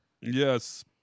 Yes